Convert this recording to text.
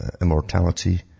immortality